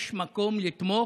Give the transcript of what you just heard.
יש מקום לתמוך,